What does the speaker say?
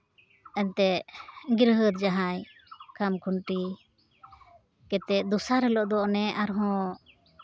ᱮᱱᱛᱮᱜ ᱜᱨᱤᱦᱟᱹᱛ ᱡᱟᱦᱟᱸᱭ ᱠᱷᱟᱢ ᱠᱷᱩᱱᱴᱤ ᱠᱟᱛᱮᱫ ᱫᱚᱥᱟᱨ ᱦᱤᱞᱳᱜ ᱫᱚ ᱚᱱᱮ ᱟᱨᱦᱚᱸ